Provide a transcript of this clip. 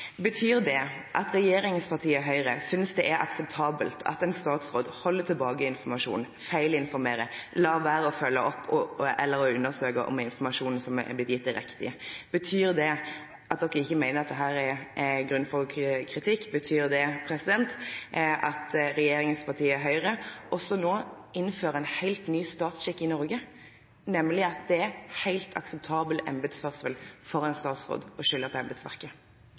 Betyr det at regjeringspartiet Høyre synes det er akseptabelt at en statsråd holder tilbake informasjon, feilinformerer og lar være å følge opp eller undersøke om informasjonen som er blitt gitt, er riktig? At dere ikke mener at dette er grunnlag for kritikk, betyr det at regjeringspartiet Høyre nå innfører en helt ny statsskikk i Norge, nemlig at det er helt akseptabel embetsførsel for en statsråd å skylde på embetsverket?